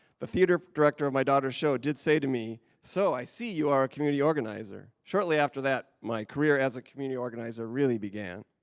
the theater director of my daughter's show did say to me, so, i see, you are a community organizer. shortly after that, my career as a community organizer really began.